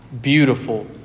beautiful